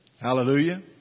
Hallelujah